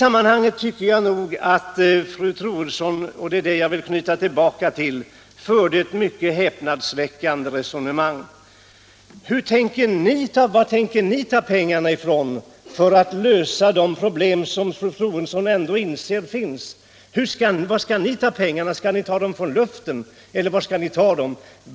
På den punkten tyckte jag att fru Troedsson förde ett häpnadsväckande resonemang. Var tänker ni ta pengar för att lösa de problem som fru Troedsson nämnde och som ni inser finns? Skall ni ta pengarna ur luften, eller var skall ni ta dem?